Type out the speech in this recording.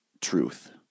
truth